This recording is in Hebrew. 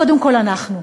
קודם כול, אנחנו.